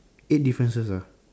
eight differences ah